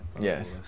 Yes